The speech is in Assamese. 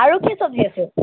আৰু কি চব্জি আছে